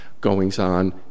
goings-on